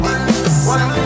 One